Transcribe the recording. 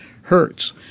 hertz